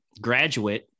graduate